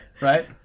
right